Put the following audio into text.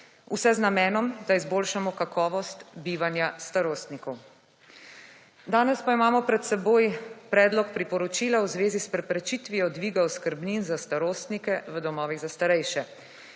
Vse z namenom, da izboljšamo kakovost bivanja starostnikov. Danes pa imamo pred seboj predlog priporočila v zvezi s preprečitvijo dviga oskrbnin za starostnike v domovih za starejše